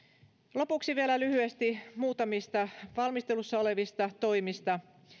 lopuksi vielä lyhyesti muutamista valmistelussa olevista toimista